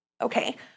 Okay